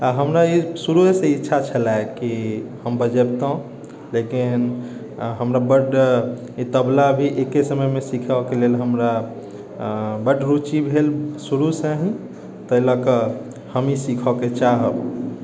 आ हमरा ई शुरुएसँ इच्छा छलेह कि हम बजैबतोंह लेकिन हमरा बड्ड तबला भी एक्के समयमे सिखयके लेल हमरा बड्ड रुचि भेल शुरुसँ हि एहि लकऽ हम ई सिखैके चाहब